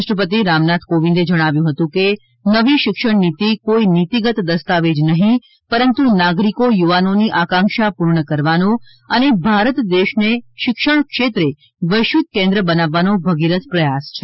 રાષ્ટ્રપતિ રામનાથ કોવિંદે જણાવ્યું હતું કે નવી શિક્ષણ નીતિ કોઈ નીતિગત દસ્તાવેજ નહીં પરંતુ નાગરિકો યુવાનોની આકાંક્ષા પૂર્ણ કરવાનો અને ભારત દેશને શિક્ષણ ક્ષેત્રેવૈશ્વિક કેન્દ્ર બનાવવાનો ભગીરથ પ્રયાસ છે